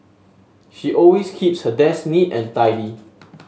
she always keeps her desk neat and tidy